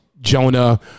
Jonah